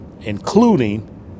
including